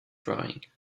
drawing